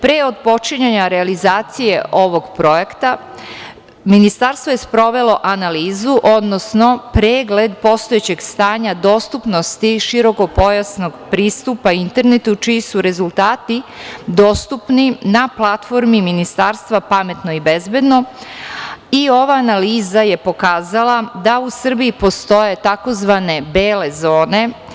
Pre otpočinjanja realizacije ovog projekta Ministarstvo je sprovelo analizu, odnosno pregled postojećeg stanja dostupnosti širokopojasnog pristupa internetu, čiji su rezultati dostupni na Platformi ministarstva - Pametno i bezbedno i ova analiza je pokazala da u Srbiji postoje tzv. bele zone.